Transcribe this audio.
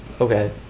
Okay